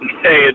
Hey